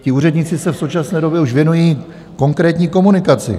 Ti úředníci se v současné době už věnují konkrétní komunikaci.